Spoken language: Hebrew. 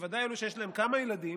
בוודאי אלו שיש להן כמה ילדים,